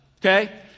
Okay